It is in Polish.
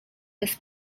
bez